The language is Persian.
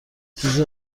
چیز